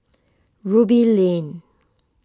Ruby Lane